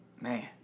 Man